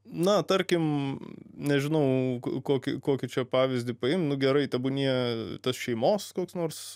na tarkim nežinau kokį kokį čia pavyzdį paimt nu gerai tebūnie tas šeimos koks nors